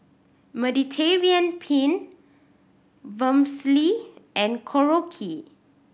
Mediterranean Penne Vermicelli and Korokke